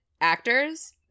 actors